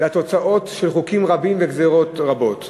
והתוצאות של חוקים רבים וגזירות רבות.